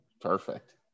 Perfect